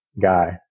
guy